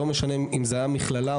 לא משנה אם היה מכללה,